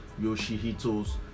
Yoshihitos